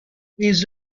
ils